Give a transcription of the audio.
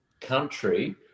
country